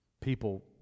people